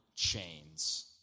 Chains